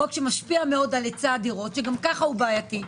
חוק שמשפיע מאוד על היצע הדירות שגם כך הוא בעייתי.